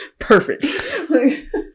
Perfect